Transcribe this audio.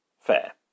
fair